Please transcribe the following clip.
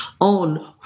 on